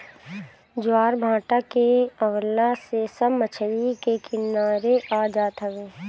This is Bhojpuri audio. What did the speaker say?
ज्वारभाटा के अवला पे सब मछरी के किनारे आ जात हवे